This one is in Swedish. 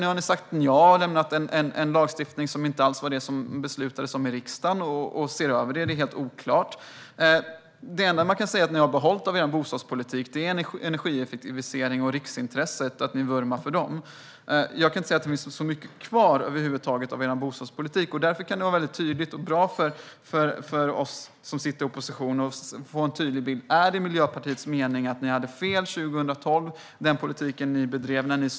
Nu har ni sagt nja och lämnat fram en lagstiftning som inte alls stämmer överens med det som det beslutades om i riksdagen. Det är helt oklart. Det enda man kan säga att ni har behållit av er bostadspolitik är att ni vurmar för energieffektivisering och riksintresset. Jag kan inte säga att det finns särskilt mycket kvar av er bostadspolitik över huvud taget. Därför skulle det vara bra för oss som sitter i opposition att få en tydlig av om Miljöpartiet menar att ni hade fel med den politik ni bedrev 2012.